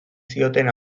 zioten